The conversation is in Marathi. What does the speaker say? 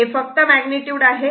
हे फक्त मॅग्निट्युड आहे